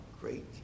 great